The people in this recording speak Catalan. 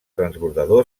transbordador